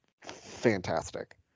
fantastic